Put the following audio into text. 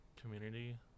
community